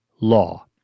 law